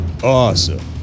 awesome